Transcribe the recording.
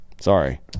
Sorry